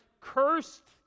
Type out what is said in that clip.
cursed